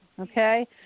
Okay